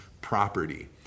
property